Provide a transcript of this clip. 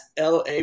LA